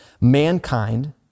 mankind